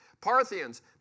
Parthians